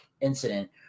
incident